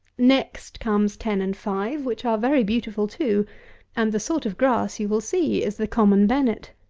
next comes ten and five, which are very beautiful too and the sort of grass, you will see, is the common bennet.